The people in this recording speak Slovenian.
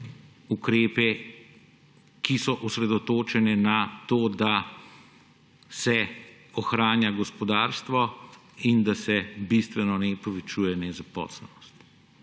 ukrepe, ki so osredotočeni na to, da se ohranja gospodarstvo in da se bistveno ne povečuje nezaposlenosti.